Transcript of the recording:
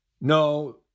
no